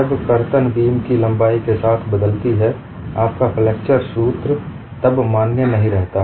जब कर्तन बीम की लंबाई के साथ बदलती है आपका फ्लेक्सचर सूत्र तब मान्य नहीं रहता